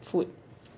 food